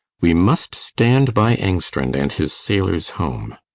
we must stand by engstrand and his sailors' home.